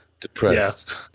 Depressed